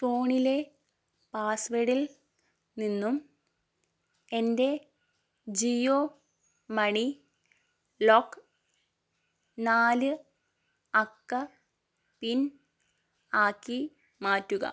ഫോണിലെ പാസ്വേഡിൽ നിന്നും എൻ്റെ ജിയോ മണി ലോക്ക് നാല് അക്ക പിൻ ആക്കി മാറ്റുക